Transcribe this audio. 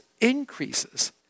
increases